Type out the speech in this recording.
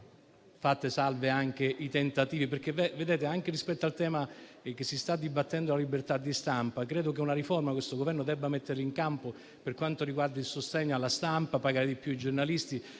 un problema di libertà democratiche. Rispetto al tema che si sta dibattendo della libertà di stampa, credo che una riforma questo Governo debba metterla in campo per quanto riguarda il sostegno alla stampa e per pagare di più i giornalisti.